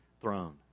throne